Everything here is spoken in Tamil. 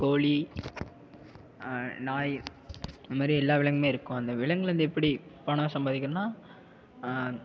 கோழி நாய் அது மாதிரி எல்லா விலங்குமே இருக்கும் அந்த விலங்குலேந்து எப்படி பணம் சம்பாரிக்கிறதுன்னா